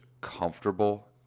comfortable